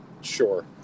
Sure